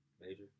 major